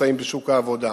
שנמצאות בשוק העבודה,